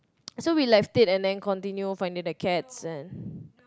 so we left it and then continue finding the cats and